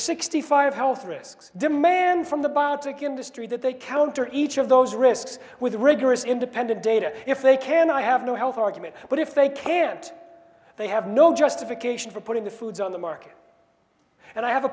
sixty five health risks demand from the biotech industry that they counter each of those risks with rigorous independent data if they can i have no health argument but if they can't they have no justification for putting the foods on the market and i have a